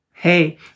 Hey